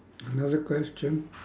another question